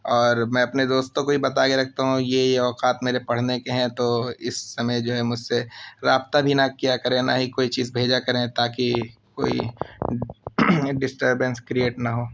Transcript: اور میں اپنے دوستوں کو یہ بتا کے رکھتا ہوں یہ یہ اوقات میرے پڑھنے کے ہیں تو اس سمے جو ہے مجھ سے رابطہ بھی نہ کیا کریں نہ ہی کوئی چیز بھیجا کریں تاکہ کوئی ڈسٹربینس کریئٹ نہ ہو